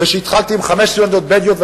והתחלתי עם חמש סטודנטיות בדואיות,